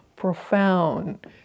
profound